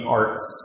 arts